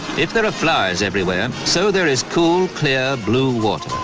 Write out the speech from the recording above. if there are flies everywhere, so there is cool, clear, blue water.